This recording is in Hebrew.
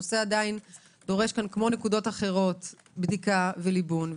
הנושא עדיין דורש פה כמו נקודות אחרות בדיקה וליבון.